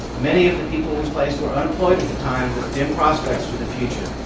many of the people we placed were unemployed at the time with dim prospects for the future.